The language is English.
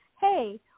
hey